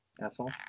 asshole